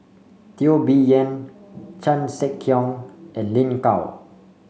Teo Bee Yen Chan Sek Keong and Lin Gao